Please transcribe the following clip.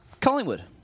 Collingwood